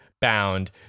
bound